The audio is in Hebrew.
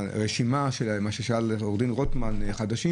הרשימה, מה ששאל עו"ד רוטמן חדשים